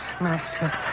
master